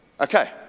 Okay